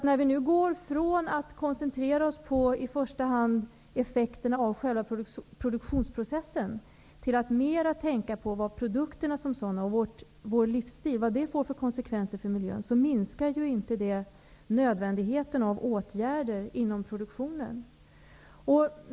När vi nu går från att koncentrera oss på i första hand effekterna av själva produktionsprocessen till att mera tänka på vad produkterna som sådana och vår livsstil får för konsekvenser för miljön minskar inte nödvändigheten av åtgärder inom produktionen.